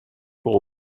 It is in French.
pour